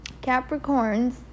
Capricorns